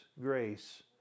grace